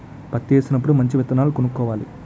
పత్తేసినప్పుడు మంచి విత్తనాలు కొనుక్కోవాలి